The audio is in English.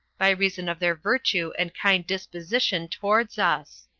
by reason of their virtue and kind disposition towards us.